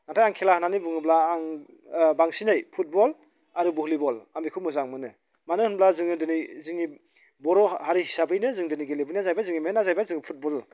नाथाय आं खेला होननानै बुङोब्ला आं बांसिनै फुटबल आरो भलिबल आं बेखौ मोजां मोनो मानो होनोब्ला जोङो दिनै जोंनि बर' हारि हिसाबैनो जों दिनै गेलेबोनाया जोंनि मेइना जाहैबाय जों फुटबल